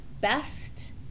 best